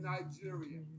Nigeria